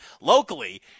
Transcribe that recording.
locally